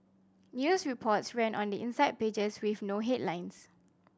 news reports ran on the inside pages with no headlines